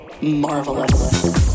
Marvelous